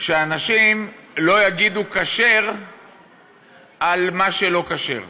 שאנשים לא יגידו כשר על מה שלא כשר.